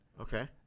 Okay